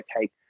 take